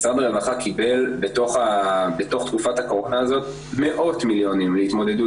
משרד הרווחה קיבל בתוך תקופת הקורונה הזאת מאות מיליונים להתמודדות